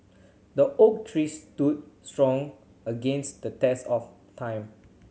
the oak tree stood strong against the test of time